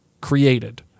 created